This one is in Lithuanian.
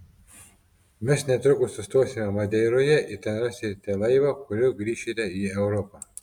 mes netrukus sustosime madeiroje ir ten rasite laivą kuriuo grįšite į europą